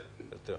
יותר.